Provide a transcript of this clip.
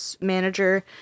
manager